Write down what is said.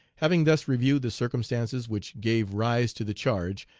having thus reviewed the circumstances which gave rise to the charge,